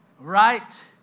right